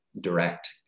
direct